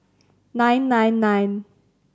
nine nine nine